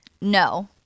no